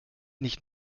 nicht